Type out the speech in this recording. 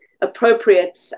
appropriate